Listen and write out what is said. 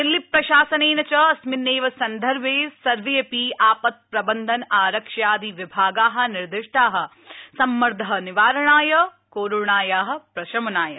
दिल्ली प्रशासनेन च अस्मिन्नेब संदर्भे सर्वेपिआपत्प्रबन्धन आरक्ष्यादिविभागा निर्दिष्टा सम्मर्द निवारणाय कोरोणाया प्रशमनाय च